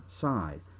side